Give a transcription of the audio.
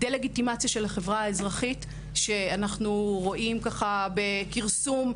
דה-לגיטימציה של החברה האזרחית שאנחנו רואים בה כרסום,